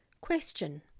Question